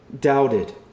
doubted